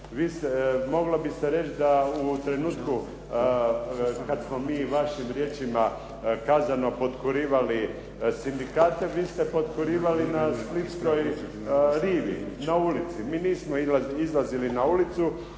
Moglo bi se reći da u trenutku kad smo mi, vašim riječima kazano, potkurivali sindikate vi ste potkurivali na splitskoj rivi, na ulici. Mi nismo izlazili na ulicu